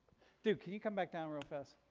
dude, can you come back down real fast.